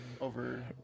over